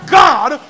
god